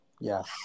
yes